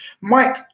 Mike